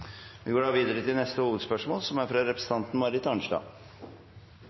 Vi går videre til neste hovedspørsmål. For de foreldrene som sender barna sine til skolen, er